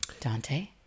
Dante